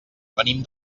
venim